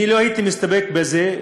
אני לא הייתי מסתפק בזה,